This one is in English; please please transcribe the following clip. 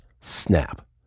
snap